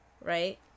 right